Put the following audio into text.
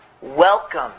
welcome